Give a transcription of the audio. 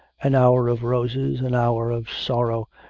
an hour of roses, an hour of sorrow,